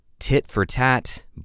Tit-for-tat